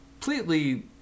completely